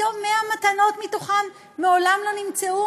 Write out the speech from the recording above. פתאום 100 מתנות מהן מעולם לא נמצאו?